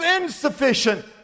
insufficient